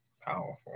Powerful